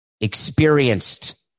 experienced